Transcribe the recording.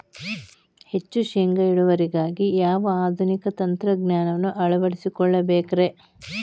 ಹೆಚ್ಚು ಶೇಂಗಾ ಇಳುವರಿಗಾಗಿ ಯಾವ ಆಧುನಿಕ ತಂತ್ರಜ್ಞಾನವನ್ನ ಅಳವಡಿಸಿಕೊಳ್ಳಬೇಕರೇ?